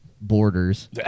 borders